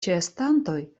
ĉeestantoj